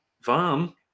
Van